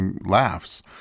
laughs